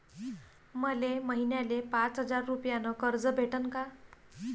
मले महिन्याले पाच हजार रुपयानं कर्ज भेटन का?